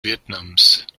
vietnams